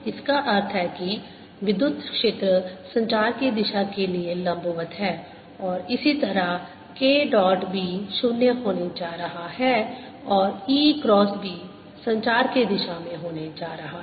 इसका अर्थ है कि विद्युत क्षेत्र संचार की दिशा के लिए लंबवत है और इसी तरह k डॉट b 0 होने जा रहा है और E क्रॉस b संचार की दिशा में होने जा रहा है